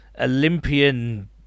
Olympian